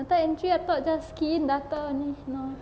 data entry I thought just key in data only no meh